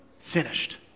finished